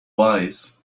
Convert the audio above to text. wise